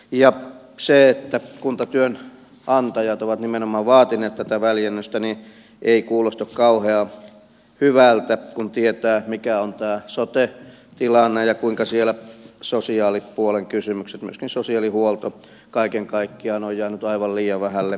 myöskään se että kuntatyönantajat ovat nimenomaan vaatineet tätä väljennystä ei kuulosta kauhean hyvältä kun tietää mikä on sote tilanne ja kuinka siellä sosiaalipuolen kysymykset myöskin sosiaalihuolto kaiken kaikkiaan ovat jääneet aivan liian vähälle huomiolle